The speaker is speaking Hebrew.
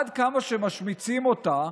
עד כמה שמשמיצים אותה,